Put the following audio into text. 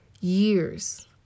years